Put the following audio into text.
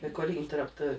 recording interrupted